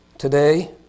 Today